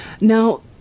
Now